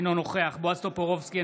אינו נוכח בועז טופורובסקי,